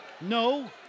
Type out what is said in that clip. No